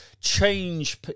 change